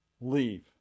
leave